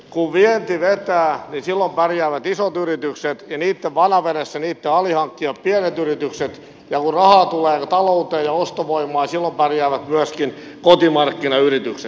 kun vienti vetää niin silloin pärjäävät isot yritykset ja niitten vanavedessä niitten alihankkijat pienet yritykset ja kun rahaa tulee talouteen ja ostovoimaa silloin pärjäävät myöskin kotimarkkinayritykset